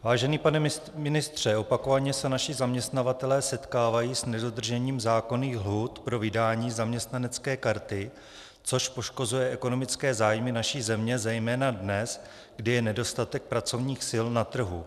Vážený pane ministře, opakovaně se naši zaměstnavatelé setkávají s nedodržením zákonných lhůt pro vydání zaměstnanecké karty, což poškozuje ekonomické zájmy naší země zejména dnes, kdy je nedostatek pracovních sil na trhu.